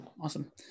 Awesome